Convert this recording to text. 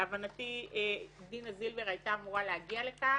להבנתי, דינה זילבר היתה אמורה להגיע לכאן,